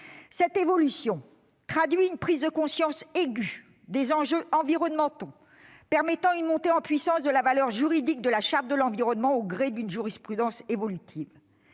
Cette évolution traduit une prise de conscience aiguë des enjeux environnementaux, permettant une montée en puissance de la valeur juridique de la Charte de l'environnement au gré d'une jurisprudence évolutive.